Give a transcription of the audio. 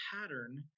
pattern